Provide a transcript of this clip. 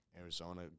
Arizona